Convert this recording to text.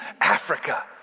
Africa